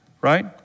right